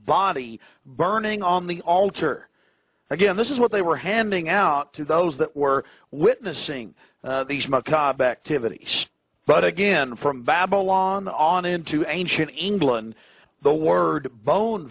body burning on the altar again this is what they were handing out to those that were witnessing these macabre activities but again from babylon on into ancient england the word bone